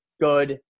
Good